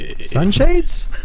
Sunshades